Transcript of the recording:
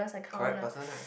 correct person right